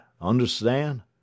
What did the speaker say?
understand